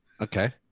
Okay